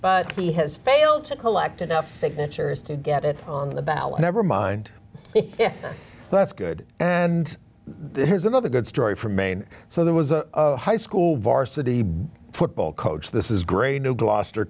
but he has failed to collect enough signatures to get it on the ballot never mind that's good and here's another good story from maine so there was a high school varsity football coach this is great new gloucester